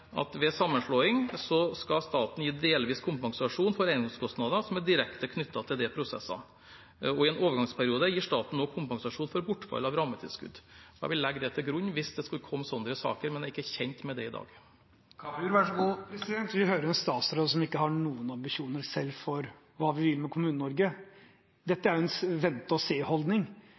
ved sammenslåing skal staten gi delvis kompensasjon for eiendomskostnader som er direkte knyttet til de prosessene, og i en overgangsperiode gir staten også kompensasjon for bortfall av rammetilskudd. Da vil en legge det til grunn hvis det skulle komme sånne saker, men en er ikke kjent med det i dag. Vi hører en statsråd som ikke har noen ambisjoner selv for hva man vil med Kommune-Norge. Dette er jo en